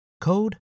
code